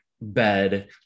bed